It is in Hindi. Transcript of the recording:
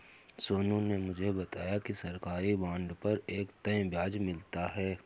सोनू ने मुझे बताया कि सरकारी बॉन्ड पर एक तय ब्याज मिलता है